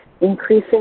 increasing